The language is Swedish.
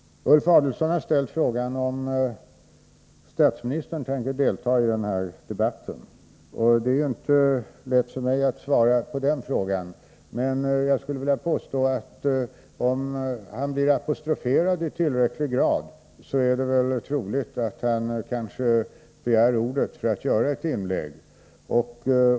Ulf Adelsohn har ställt frågan om statsministern kommer att delta i den här debatten. Det är inte så lätt för mig att svara på den frågan, men jag skulle vilja påstå att om statsministern blir apostroferad i tillräcklig grad, är det troligt att han begär ordet för att göra ett inlägg.